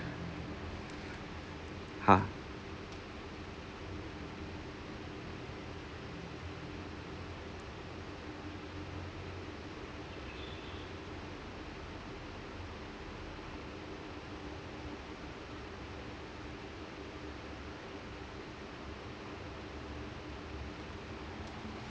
ha